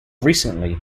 recently